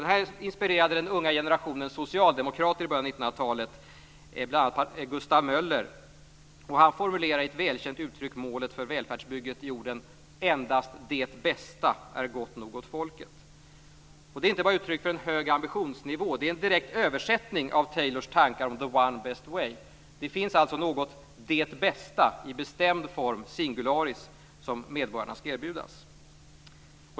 Det här inspirerade den unga generationen socialdemokrater i början av 1900-talet, bl.a. Gustav Möller. Han formulerade i ett välkänt uttryck målet för välfärdsbygget: "Endast det bästa är gott nog åt folket." Detta är inte bara uttryck för en hög ambitionsnivå. Det är en direkt översättning av Taylors tankar om the one best way. Det finns något "det bästa", i bestämd form singularis, som medborgarna skall erbjudas.